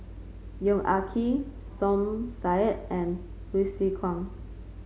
Yong Ah Kee Som Said and Hsu Tse Kwang